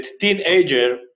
teenager